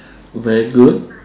very good